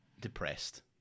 depressed